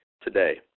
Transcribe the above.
today